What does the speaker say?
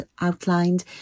outlined